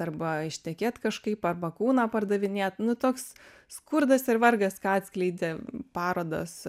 arba ištekėt kažkaip arba kūną pardavinėt nu toks skurdas ir vargas ką atskleidė parodos